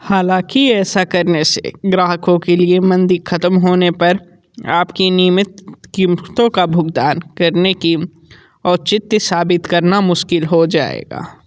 हालाँकि ऐसा करने से ग्राहकों के लिए मंदी ख़त्म होने पर आपकी नियमित कीमतों का भुगतान करने की औचित्य साबित करना मुश्किल हो जाएगा